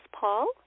Paul